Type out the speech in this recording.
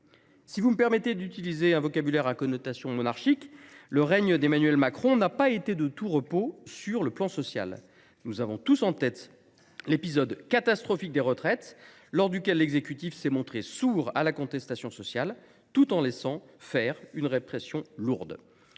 Si vous me permettez d’utiliser un vocabulaire à connotation monarchique, le règne d’Emmanuel Macron n’a pas été de tout repos sur le plan social. Nous avons tous en tête l’épisode catastrophique des retraites, lors duquel l’exécutif s’est montré sourd à la contestation sociale, tout en laissant s’exercer une lourde